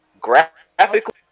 Graphically